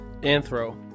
Anthro